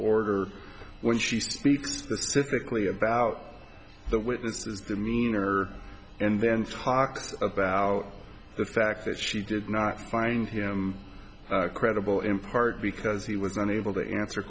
when she speaks specifically about the witnesses the meaner and then talks about the fact that she did not find him credible in part because he was unable to answer